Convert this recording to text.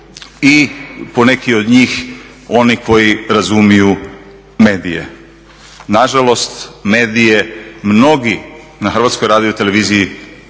i poneki od njih oni koji razumiju medije. Nažalost medije mnogi na Hrvatskoj radioteleviziji